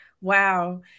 Wow